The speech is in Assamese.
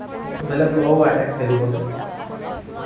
বেলেগ ল'ৰাও আহে খেলিবলৈ